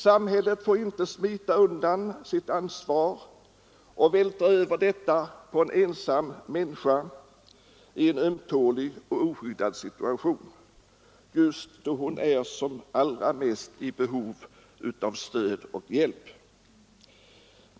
Samhället får inte smita undan det ansvaret och vältra över det på en ensam människa i en ömtålig och oskyddad situation, just då hon är som allra mest i behov av stöd och hjälp.